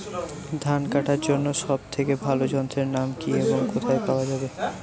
ধান কাটার জন্য সব থেকে ভালো যন্ত্রের নাম কি এবং কোথায় পাওয়া যাবে?